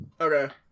Okay